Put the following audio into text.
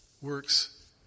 works